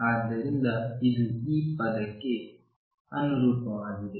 ಆದ್ದರಿಂದ ಇದು ಈ ಪದಕ್ಕೆ ಅನುರೂಪವಾಗಿದೆ